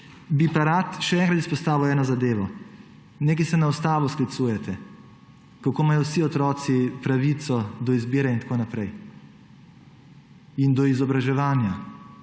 Bi pa rad še enkrat izpostavil eno zadevo. Nekaj se na ustavo sklicujete, kako imajo vsi otroci pravico do izbire in tako naprej in do izobraževanja,